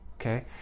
okay